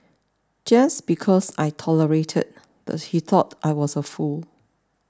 just because I tolerated the he thought I was a fool